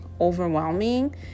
overwhelming